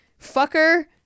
fucker